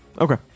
Okay